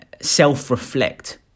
self-reflect